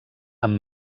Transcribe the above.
amb